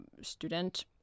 student